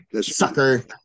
Sucker